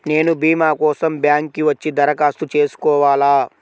నేను భీమా కోసం బ్యాంక్కి వచ్చి దరఖాస్తు చేసుకోవాలా?